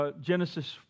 Genesis